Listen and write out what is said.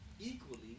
equally